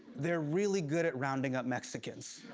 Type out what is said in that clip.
they're really good at rounding up mexicans.